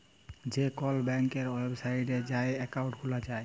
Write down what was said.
যে কল ব্যাংকের ওয়েবসাইটে যাঁয়ে একাউল্ট খুলা যায়